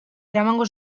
eramango